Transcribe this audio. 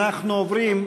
בעצם,